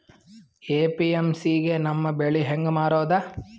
APMC ಗೆ ನಮ್ಮ ಬೆಳಿ ಹೆಂಗ ಮಾರೊದ?